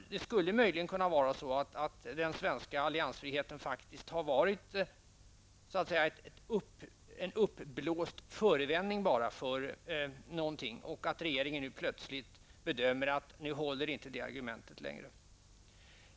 Det skulle möjligen kunna vara så att den svenska alliansfriheten faktiskt har varit bara en uppblåst förevändning för någonting och att regeringen nu plötsligt bedömer att det argumentet inte håller längre.